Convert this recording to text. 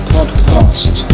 Podcast